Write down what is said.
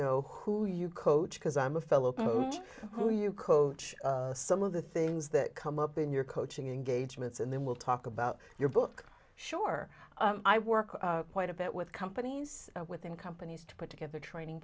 know who you coach because i'm a fellow coach who you coach some of the things that come up in your coaching engagements and then we'll talk about your book sure i work quite a bit with companies within companies to put together training